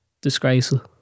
disgraceful